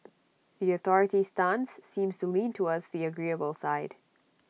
the authorities' stance seems to lean towards the agreeable side